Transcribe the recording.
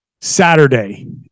Saturday